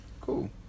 Cool